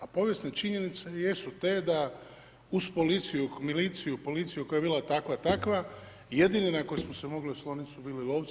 A povijesne činjenice jesu te da uz policiju, miliciju, policiju koja je bila takva, takva jedini na koje smo se mogli osloniti su bili lovci.